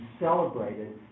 celebrated